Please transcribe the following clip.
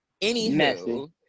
anywho